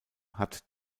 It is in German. hat